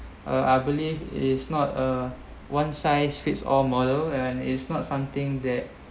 uh I believe it is not a one size fits all model and is not something that